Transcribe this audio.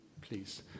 please